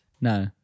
No